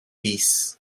beasts